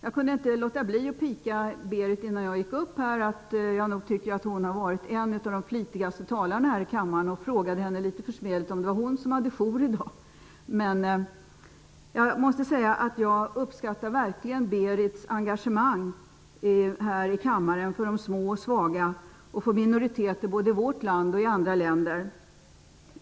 Jag kunde inte låta bli att pika henne innan jag gick upp i talarstolen och säga att jag nog tycker att hon har varit en av de flitigaste talarna här i kammaren. Jag frågade henne lite försmädligt om det var hon som hade jour i dag. Jag måste säga att jag verkligen uppskattar Berith Erikssons engagemang här i kammaren för de små och svaga och för minoriteter både i vårt land och i andra länder.